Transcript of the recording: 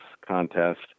contest